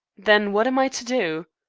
then what am i to do?